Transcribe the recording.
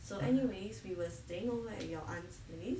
so anyways we were staying over at your aunt's place